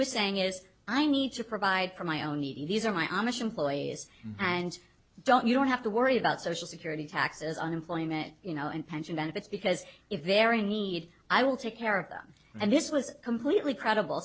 was saying is i need to provide for my own need these are my amish employees and don't you don't have to worry about social security taxes unemployment you know and pension benefits because if they're in need i will take care of them and this was completely credible